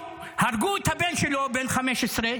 הרגו את הבן שלו בן ה-15.